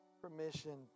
permission